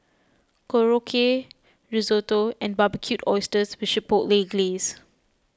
Korokke Risotto and Barbecued Oysters with Chipotle Glaze